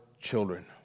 children